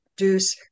reduce